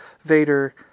Vader